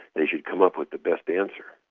they should come up with the best answer.